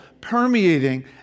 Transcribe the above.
permeating